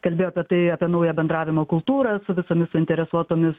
kalbėjo apie tai apie naują bendravimo kultūrą su visomis suinteresuotomis